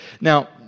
Now